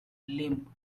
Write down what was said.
limp